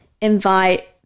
invite